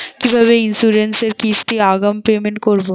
কিভাবে ইন্সুরেন্স এর কিস্তি আগাম পেমেন্ট করবো?